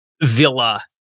Villa